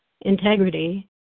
integrity